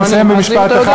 אני מסיים במשפט אחד.